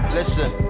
listen